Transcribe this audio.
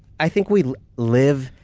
i think we live,